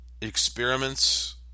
experiments